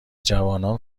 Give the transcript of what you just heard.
جوانان